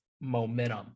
momentum